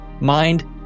mind